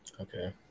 okay